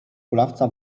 kulawca